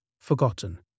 forgotten